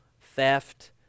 theft